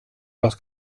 los